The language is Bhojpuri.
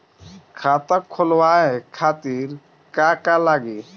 खाता खोलवाए खातिर का का लागी?